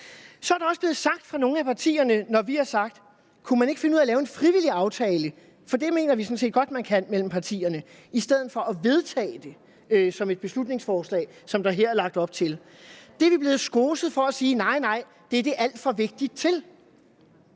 Så er alt andet faktisk ret ligegyldigt. Når vi har spurgt, om man ikke kunne finde ud af at lave en frivillig aftale mellem partierne, for det mener vi sådan set godt at man kan, i stedet for at vedtage det som et beslutningsforslag, som der her er lagt op til, så er vi blevet skoset for at sige det. Nej, nej, det er det alt for vigtigt til.